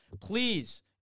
please